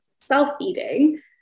self-feeding